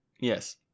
Yes